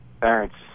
Parents